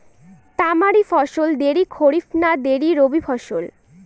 তামারি ফসল দেরী খরিফ না দেরী রবি ফসল?